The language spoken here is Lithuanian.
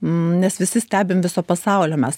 nes visi stebim viso pasaulio mes